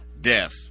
death